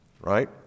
right